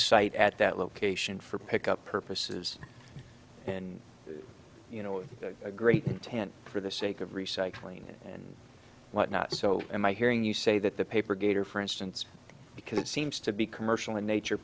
site at that location for pickup purposes and you know a great tent for the sake of recycling and whatnot so am i hearing you say that the paper gator for instance because it seems to be commercial in nature